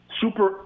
super